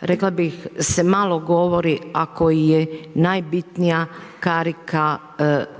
rekla bih se malo govori, a koji je najbitnija karika